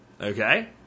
Okay